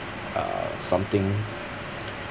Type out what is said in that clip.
uh something